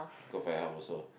good for your health also